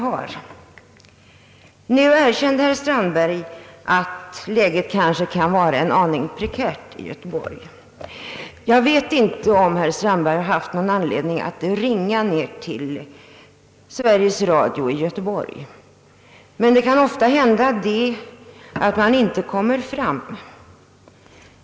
Nu erkände herr Strandberg, att läget kanske kan vara en aning prekärt i Göteborg. Jag vet inte om herr Strandberg haft någon anledning att ringa ner till Sveriges Radio i Göteborg. Det kan ofta inträffa att man inte kommer fram.